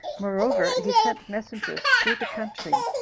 moreover, he sent messengers through the country,